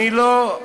לא,